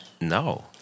No